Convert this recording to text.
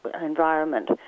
environment